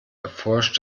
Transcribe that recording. erforscht